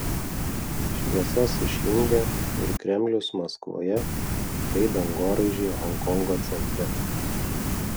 šviesas išjungė ir kremlius maskvoje bei dangoraižiai honkongo centre